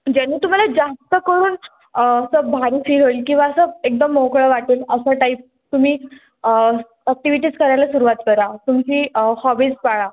ज्याने तुम्हाला जास्त करून असं भारी फील होईल किंवा असं एकदम मोकळं वाटेल असं टाईप तुम्ही ॲक्टिव्हिटीज करायला सुरवात करा तुमची हॉबीज पाळा